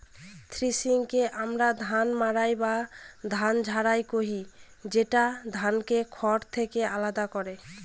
থ্রেশিংকে আমরা ধান মাড়াই বা ধান ঝাড়া কহি, যেটা ধানকে খড় থেকে আলাদা করে